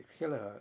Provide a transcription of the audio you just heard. kilohertz